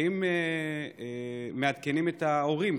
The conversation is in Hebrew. האם מעדכנים את ההורים?